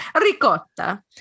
Ricotta